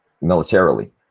militarily